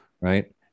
right